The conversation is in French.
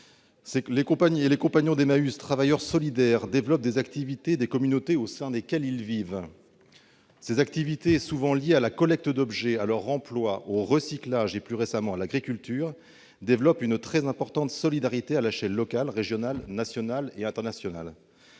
et compagnons d'Emmaüs, travailleurs solidaires, développent les activités des communautés au sein desquelles ils vivent. Ces activités, souvent liées à la collecte d'objets, à leur réemploi, au recyclage et, plus récemment, à l'agriculture, développent une très importante solidarité à l'échelle locale, régionale, nationale et internationale.